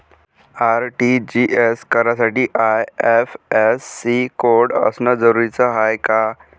RTGS करासाठी IFSC code असनं जरुरीच हाय का?